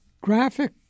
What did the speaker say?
graphic